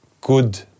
good